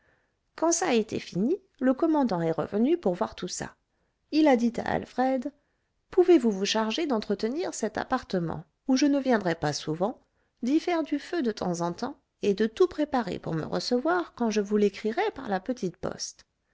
quand ç'a été fini le commandant est revenu pour voir tout ça il a dit à alfred pouvez-vous vous charger d'entretenir cet appartement où je ne viendrai pas souvent d'y faire du feu de temps en temps et de tout préparer pour me recevoir quand je vous l'écrirai par la petite poste